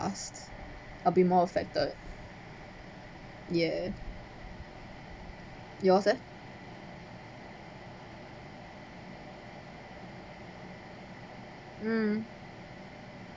I'll be more affected yeah yours eh mm